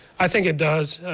i think it does.